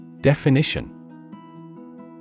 Definition